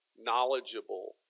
knowledgeable